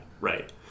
right